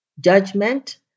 judgment